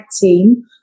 team